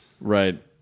Right